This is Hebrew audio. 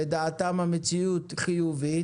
לדעתם המציאות חיובית.